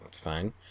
fine